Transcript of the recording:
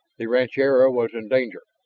the rancheria was in danger.